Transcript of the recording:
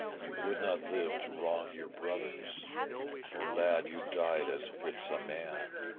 you would not live to wrong your brothers oh lad, you died as fits a man.